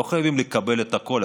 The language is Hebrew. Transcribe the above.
לא חייבים לקבל את הכול,